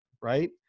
right